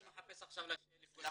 זה לא -- שמחפש עכשיו --- נכון.